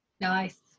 Nice